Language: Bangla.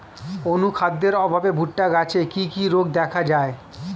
অনুখাদ্যের অভাবে ভুট্টা গাছে কি কি রোগ দেখা যায়?